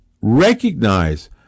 Recognize